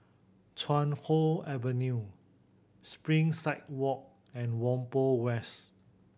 Chuan Hoe Avenue Springside Walk and Whampoa West